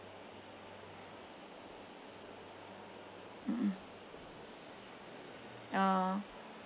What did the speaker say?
mm mm uh